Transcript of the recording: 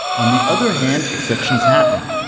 on the other hand, exceptions happen,